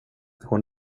hon